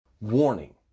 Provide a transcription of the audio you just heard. Warning